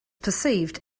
perceived